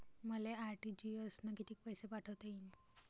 मले आर.टी.जी.एस न कितीक पैसे पाठवता येईन?